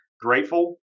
grateful